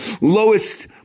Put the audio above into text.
lowest